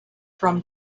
from